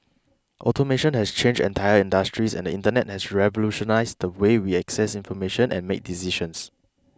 automation has changed entire industries and the Internet has revolutionised the way we access information and make decisions